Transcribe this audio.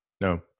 No